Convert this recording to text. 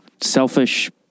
selfish